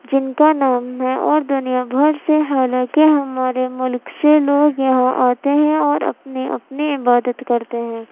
جن کا نام ہے اور دنیا بھر سے حالانکہ ہمارے ملک سے لوگ یہاں آتے ہیں اور اپنے اپنے عبادت کرتے ہیں